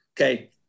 okay